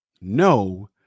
No